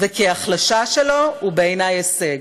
וכהחלשה שלו, הוא בעיני הישג,